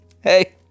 hey